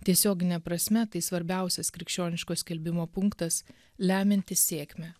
tiesiogine prasme tai svarbiausias krikščioniško skelbimo punktas lemiantis sėkmę